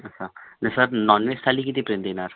अच्छा sir nonveg thali कितीपर्यंत येणार